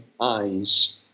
eyes